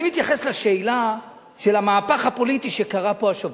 אני מתייחס לשאלה של המהפך הפוליטי שקרה פה השבוע.